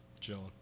Chilling